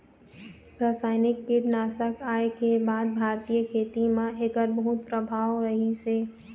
रासायनिक कीटनाशक आए के बाद भारतीय खेती म एकर बहुत प्रभाव रहीसे